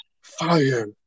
Fire